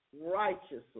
righteously